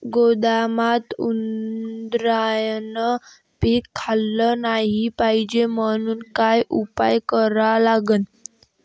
गोदामात उंदरायनं पीक खाल्लं नाही पायजे म्हनून का उपाय करा लागन?